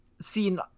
seen